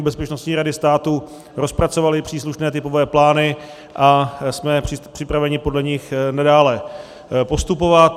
Bezpečnostní rady státu rozpracovali příslušné typové plány a jsme připraveni podle nich nadále postupovat.